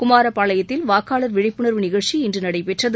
குமாரப்பாளையத்தில் வாக்காளர் விழிப்புணர்வு நிகழ்ச்சி இன்று நடைபெற்றது